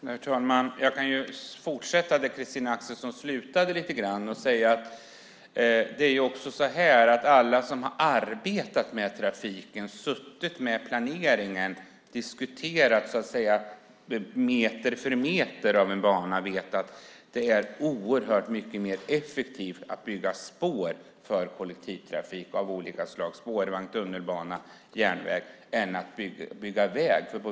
Herr talman! Jag kan fortsätta där Christina Axelsson slutade och säga att alla som har arbetat med trafiken, suttit med i planeringen och diskuterat meter för meter av en bana vet att det är oerhört mycket mer effektivt att bygga spår för kollektivtrafik av olika slag, spårvagn, tunnelbana, järnväg, än att bygga väg.